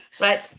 right